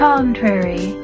Contrary